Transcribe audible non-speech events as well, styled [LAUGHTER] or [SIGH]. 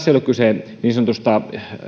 [UNINTELLIGIBLE] ei ole kyse niin sanotusta